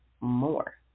more